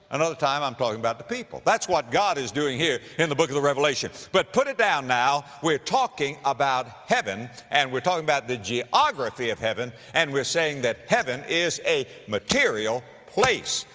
another time i'm talking about the people. that's what god is doing here in the book of the revelation. but put it down now. we're talking about heaven, and we're talking about the geography of heaven, and we're saying that heaven is a material place.